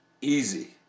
easy